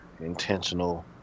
intentional